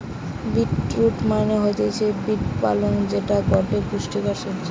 beet root মানে হতিছে beet পালং যেটা গটে পুষ্টিকর সবজি